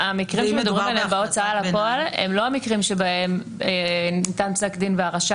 המקרים שבהם מדובר בהוצאה לפועל הם לא המקרים בהם ניתן פסק דין והרשם